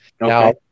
Now